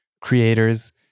creators